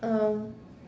um